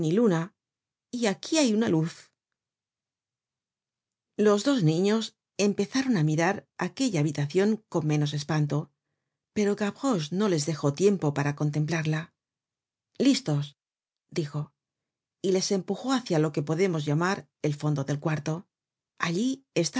content from google book search generated at los dos niños empezaron á mirar aquella habitacion con menos espanto pero gavroche no les dejó tiempo para contemplarla listos dijo y les empujó hácia lo que podemos llamar el fondo del cuarto allí